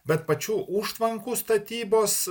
bet pačių užtvankų statybos